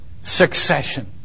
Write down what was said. succession